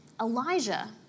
Elijah